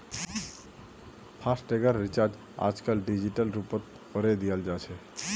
फासटैगेर recharge आजकल digital रूपतों करे दियाल जाछेक